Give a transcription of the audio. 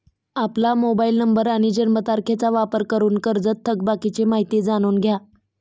आपला mobile number आणि जन्मतारखेचा वापर करून कर्जत थकबाकीची माहिती जाणून घ्या